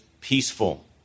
peaceful